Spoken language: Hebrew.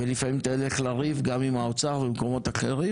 ולפעמים תלך לריב גם עם האוצר ומקומות אחרים,